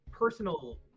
personal